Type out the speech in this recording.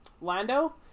Lando